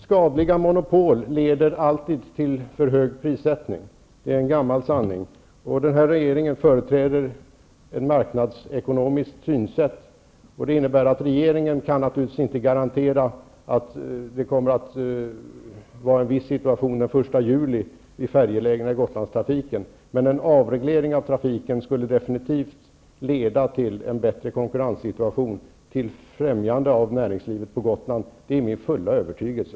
Skadliga monopol leder alltid till för hög prissättning -- det är en gammal sanning. Den nuvarande regeringen företräder ett marknadsmässigt synsätt, vilket innebär att regeringen naturligtvis inte kan garantera att vi kommer att vara i en viss situation den 1 juli 1992 vid färjelägena för Gotlandstrafiken. Men en avreglering av trafiken skulle definitivt leda till en bättre konkurrenssituation, till främjande för näringslivet på Gotland. Det är min fulla övertygelse.